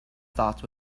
thoughts